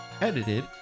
Edited